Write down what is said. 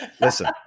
Listen